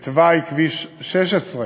את תוואי כביש 16,